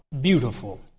beautiful